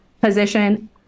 position